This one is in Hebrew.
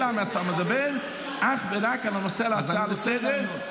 אלא אם אתה מדבר אך ורק על הנושא להצעה לסדר-היום.